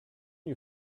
you